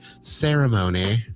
ceremony